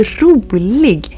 rolig